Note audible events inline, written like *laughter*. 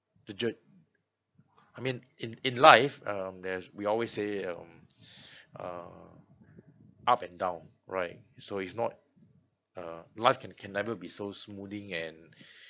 the j~ I mean in in life um there's we always say um *breath* uh up and down right so it's not uh life can can never be so smoothing and *breath*